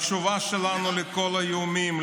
התשובה שלנו לכל האיומים,